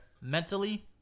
mentally